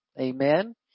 Amen